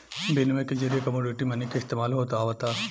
बिनिमय के जरिए कमोडिटी मनी के इस्तमाल होत आवता